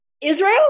Israel